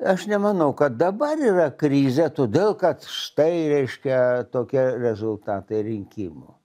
aš nemanau kad dabar yra krizė todėl kad štai reiškia tokie rezultatai rinkimų